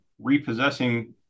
repossessing